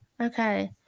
Okay